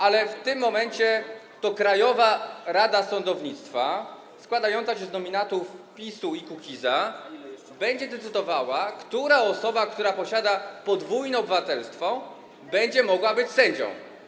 Ale w tym momencie to Krajowa Rada Sądownictwa, składająca się z nominatów PiS-u i Kukiza, będzie decydowała, która osoba posiadająca podwójne obywatelstwo będzie mogła być sędzią.